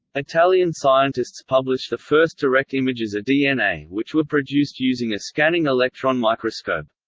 italian scientists publish the first direct images of dna, which were produced using a scanning electron microscope.